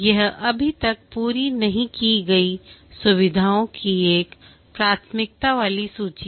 यह अभी तक पूरी नहीं की गई सुविधाओं की एक प्राथमिकता वाली सूची है